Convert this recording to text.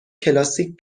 کلاسیک